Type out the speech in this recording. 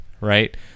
right